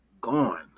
gone